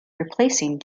replacing